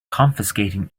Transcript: confiscating